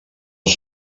els